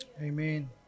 Amen